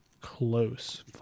close